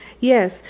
Yes